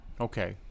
okay